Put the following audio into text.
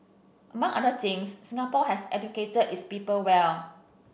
among other things Singapore has educated its people well